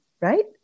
Right